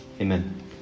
Amen